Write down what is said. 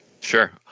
Sure